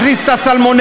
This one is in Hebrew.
מכניס את הסלמונלה.